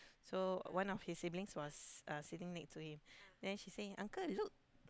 so one of his siblings was uh sitting next to him then she say uncle look